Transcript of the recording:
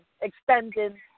extending